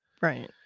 Right